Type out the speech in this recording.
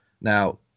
now